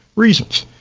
reasons.